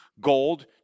gold